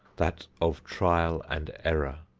that of trial and error.